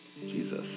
Jesus